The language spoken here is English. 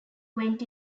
went